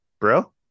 bro